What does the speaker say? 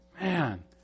Man